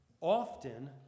often